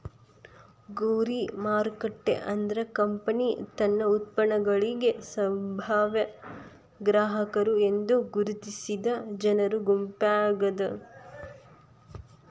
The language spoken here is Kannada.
ಗುರಿ ಮಾರುಕಟ್ಟೆ ಅಂದ್ರ ಕಂಪನಿ ತನ್ನ ಉತ್ಪನ್ನಗಳಿಗಿ ಸಂಭಾವ್ಯ ಗ್ರಾಹಕರು ಎಂದು ಗುರುತಿಸಿರ ಜನರ ಗುಂಪಾಗ್ಯಾದ